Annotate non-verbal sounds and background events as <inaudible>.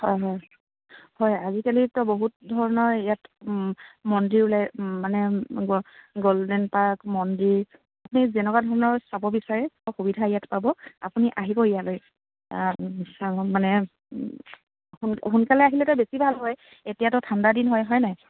হয় হয় হয় আজিকালিতো বহুত ধৰণৰ ইয়াত মন্দিৰ ওলাই মানে গ'ল্ডেন পাৰ্ক মন্দিৰ আপুনি যেনেকুৱা ধৰণৰ চাব বিচাৰে চব সুবিধা ইয়াত পাব আপুনি আহিব ইয়ালৈ <unintelligible> মানে সোনকালে আহিলে তেও বেছি ভাল হয় এতিয়াতো ঠাণ্ডা দিন হয় হয় নাই